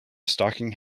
stocking